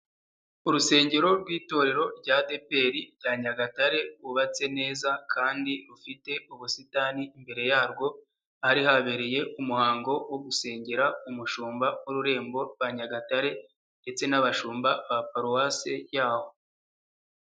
Urusengero rw'itorero rwa adeperi rwa Nyagatare, rw'ubatse neza kandi rufite ubusitani. Imbere yarwo hari habereye umuhango wo gusengera umushumba w'ururembo rwa Nyagatare ndetse n'abashumba ba paruwase yaho.